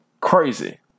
crazy